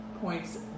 points